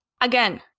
again